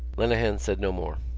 lenehan said no more.